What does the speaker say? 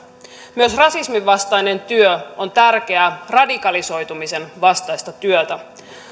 myös rasisminvastainen työ on tärkeää radikalisoitumisen vastaista työtä